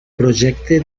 projecte